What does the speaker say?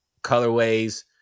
colorways